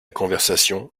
conversation